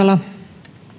arvoisa